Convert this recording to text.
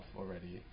already